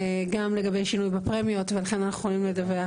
גם לגבי שינוי בפרמיות ולכן אנחנו יכולים לדווח,